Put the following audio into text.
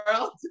world